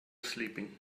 sleeping